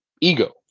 Ego